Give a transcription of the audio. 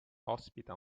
ospita